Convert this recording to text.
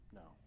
no